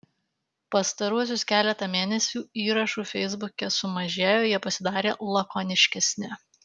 pastaruosius keletą mėnesių įrašų feisbuke sumažėjo jie pasidarė lakoniškesni